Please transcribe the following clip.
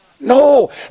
no